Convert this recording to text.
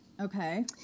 Okay